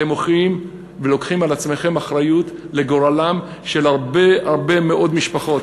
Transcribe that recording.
אתם הולכים ולוקחים על עצמכם אחריות לגורלן של הרבה הרבה מאוד משפחות,